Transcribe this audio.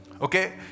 Okay